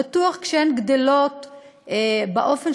בטוח שכשהן גדולות באופן